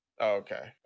Okay